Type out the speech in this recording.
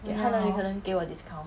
她哪里可能给我 discount